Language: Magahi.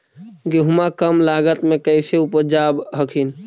गेहुमा कम लागत मे कैसे उपजाब हखिन?